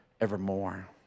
evermore